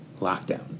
lockdown